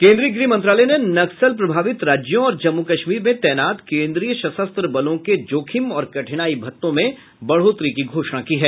केन्द्रीय गृह मंत्रालय ने नक्सल प्रभावित राज्यों और जम्मू कश्मीर में तैनात केन्द्रीय सशस्त्र बलों के जोखिम और कठिनाई भत्तों में बढ़ोतरी की घोषणा की है